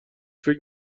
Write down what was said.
فکر